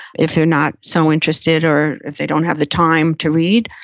if they're not so interested, or if they don't have the time to read,